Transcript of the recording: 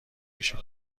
ریشه